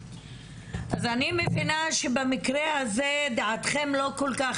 אז אני מבינה שבמקרה הזה דעתכם לא כל כך